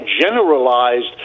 generalized